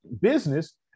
business